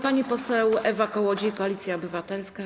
Pani poseł Ewa Kołodziej, Koalicja Obywatelska.